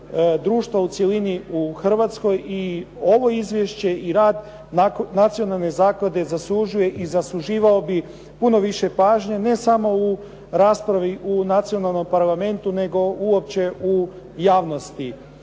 društva u cjelini u Hrvatskoj. I ovo izvješće i rad Nacionalne zaklade zaslužuje i zasluživao bi puno više pažnje ne samo u raspravi u nacionalnom parlamentu nego uopće u javnosti.